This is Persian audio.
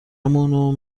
مون